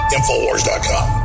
Infowars.com